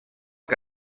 que